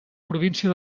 província